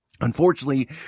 unfortunately